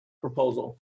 proposal